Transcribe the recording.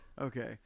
Okay